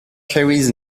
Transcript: carries